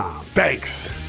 Thanks